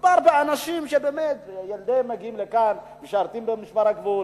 מדובר באנשים שבאמת ילדיהם מגיעים לכאן ומשרתים במשמר הגבול,